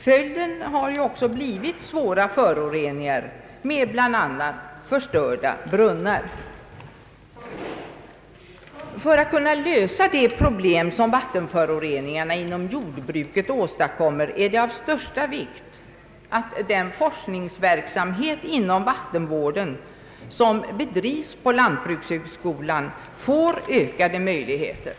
Följden har blivit svåra föroreningar med bl.a. förstörda brunnar. För att kunna lösa de problem som vattenföroreningarna inom jordbruket åstadkommer, är det av största vikt att den forskningsverksamhet inom vattenvården som bedrivs på lantbrukshögskolan får ökade möjligheter.